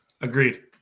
Agreed